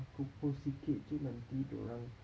aku post sikit jer nanti dia orang